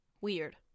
Weird